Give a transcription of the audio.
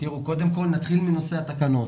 קודם כל, נתחיל מנושא התקנות.